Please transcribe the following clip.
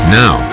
now